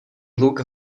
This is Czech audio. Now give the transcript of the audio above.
hluk